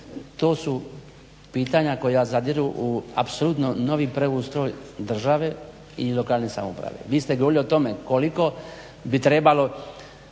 to su pitanja koja zadiru apsolutno u novi preustroj države i lokalne samouprave. vi ste govorili o tome koliko je danas